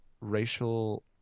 racial